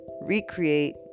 recreate